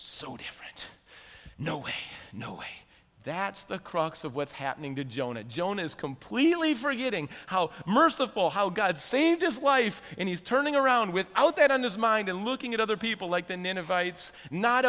so different no no that's the crux of what's happening to jonah jonah is completely forgetting how merciful how god saved his life and he's turning around without that on his mind and looking at other people like the n